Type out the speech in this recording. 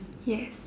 yes